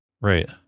Right